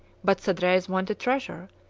but sodrez wanted treasure,